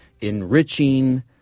enriching